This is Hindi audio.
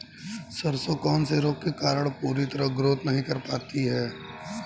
सरसों कौन से रोग के कारण पूरी तरह ग्रोथ नहीं कर पाती है?